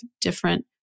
different